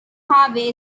harvey